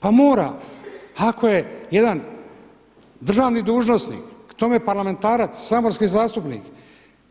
Pa mora, ako je jedan državni dužnosnik, k tome parlamentarac, saborski zastupnik,